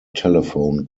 telephone